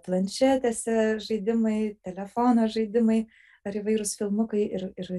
planšetėse žaidimai telefono žaidimai ar įvairūs filmukai ir ir